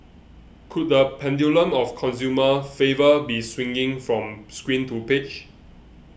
could the pendulum of consumer favour be swinging from screen to page